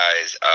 guys